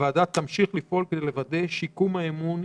הוועדה תמשיך לפעול כדי לוודא את שיקום האמון,